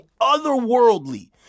otherworldly